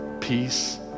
peace